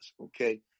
Okay